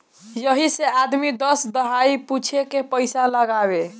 यही से आदमी दस दहाई पूछे के पइसा लगावे